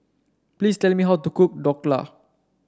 please tell me how to cook Dhokla